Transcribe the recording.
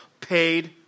paid